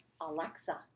Alexa